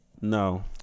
No